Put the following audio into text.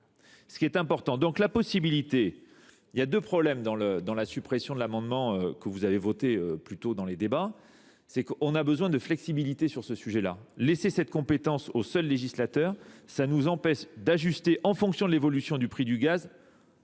Ce qui est important. Donc la possibilité, il y a deux problèmes dans la suppression de l'amendement que vous avez voté plus tôt dans les débats, c'est qu'on a besoin de flexibilité sur ce sujet-là. Laisser cette compétence aux seuls législateurs, ça nous empêche d'ajuster en fonction de l'évolution du prix du gaz